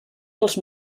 dels